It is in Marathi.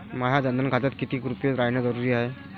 माह्या जनधन खात्यात कितीक रूपे रायने जरुरी हाय?